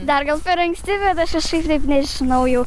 dar gal per anksti bet aš kažkaip taip nežinau jau